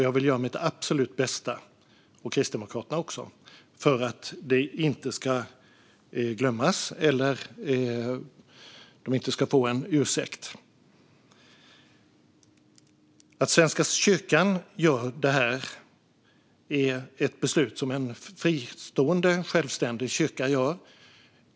Jag vill göra mitt absolut bästa - och det vill Kristdemokraterna också göra - för att detta inte ska glömmas och för att de ska få en ursäkt. Att Svenska kyrkan gör det här är grundat i ett beslut som en fristående, självständig kyrka gör.